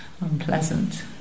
unpleasant